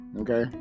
okay